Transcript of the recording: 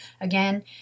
Again